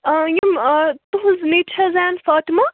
آ یِم تُہٕنٛز نِچ چھِ حظ زَیٚن فاطِما